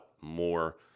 more